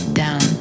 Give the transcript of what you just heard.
down